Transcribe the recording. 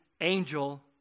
angel